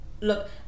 look